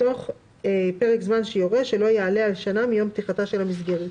תוך פרק זמן שיורה שלא יעלה על שנה מיום פתיחתה של המסגרת."